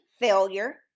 Failure